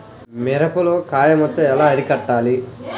మిరపలో కాయ మచ్చ ఎలా అరికట్టాలి?